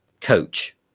coach